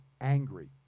angry